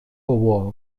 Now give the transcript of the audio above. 透过